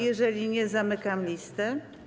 Jeżeli nie, zamykam listę.